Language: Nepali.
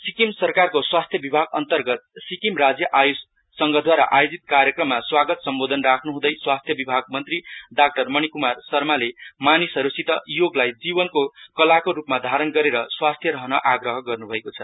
सिक्किम सरकारको स्वास्थ विभाग अन्तर्गत सिक्किम राज्य आय्ष संघद्वारा आयोजित कार्यक्रममा स्वागत सम्बोधन राख्रहुँदै स्वास्थ्य विभाग मन्त्री मणी कुमार शर्माले मानिसहरूसित योगलाई जीवनको कलाको रूपमा धारण गरेर स्वस्थ रहन आग्रह गर्न्भएको छ